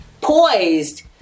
poised